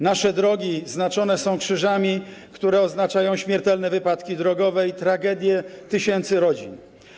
Nasze drogi znaczone są krzyżami, które oznaczają śmiertelne wypadki drogowe i tragedie tysięcy rodzin.